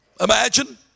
Imagine